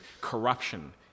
Corruption